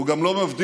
הוא גם לא מבדיל,